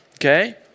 okay